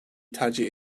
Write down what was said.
tercih